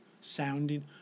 sounding